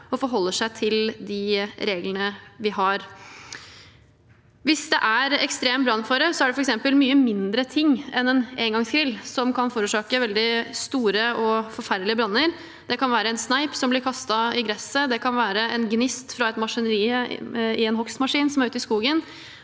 og forholder seg til de reglene vi har. Hvis det er ekstrem brannfare, er det f.eks. mye mindre ting enn en engangsgrill som kan forårsake veldig store og forferdelige branner. Det kan være en sneip som blir kastet i gresset, det kan være en gnist fra maskineriet i en hogstmaskin som er ute i skogen.